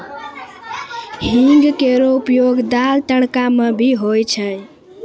हींग केरो उपयोग दाल, तड़का म भी होय छै